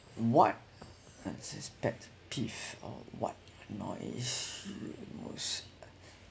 what pet peeve or what annoys you most